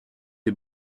est